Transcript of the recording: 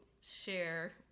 share